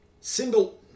Single